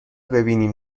ببینیم